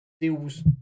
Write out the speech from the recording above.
deals